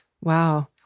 Wow